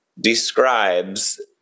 describes